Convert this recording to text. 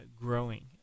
growing